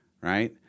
right